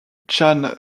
jan